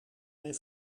mijn